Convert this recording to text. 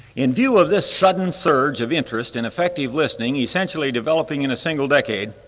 in view of this sudden surge of interest in effective listening essentially developing in a single decade,